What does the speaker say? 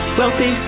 wealthy